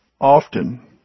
often